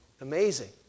Amazing